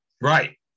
Right